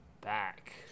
back